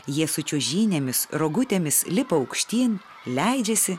jie su čiuožynėmis rogutėmis lipa aukštyn leidžiasi